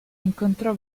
incontrò